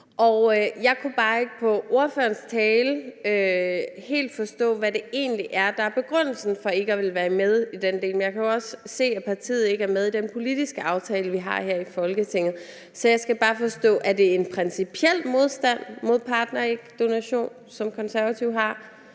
jeg kunne bare ikke på ordførerens tale helt forstå, hvad det egentlig er, der er begrundelsen for, at man ikke vil være med i den del af det. Men jeg kan jo også se, at partiet ikke er med i den politiske aftale, vi har her i Folketinget. Så jeg skal bare forstå, om det er en principiel modstand mod partnerægdonation, Konservative har,